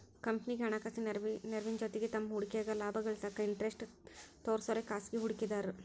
ಕಂಪನಿಗಿ ಹಣಕಾಸಿನ ನೆರವಿನ ಜೊತಿಗಿ ತಮ್ಮ್ ಹೂಡಿಕೆಗ ಲಾಭ ಗಳಿಸಾಕ ಇಂಟರೆಸ್ಟ್ ತೋರ್ಸೋರೆ ಖಾಸಗಿ ಹೂಡಿಕೆದಾರು